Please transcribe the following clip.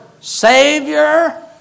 Savior